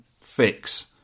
fix